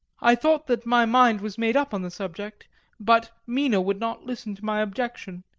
i thought that my mind was made up on the subject but mina would not listen to my objection.